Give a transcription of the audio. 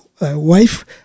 wife